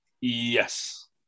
Yes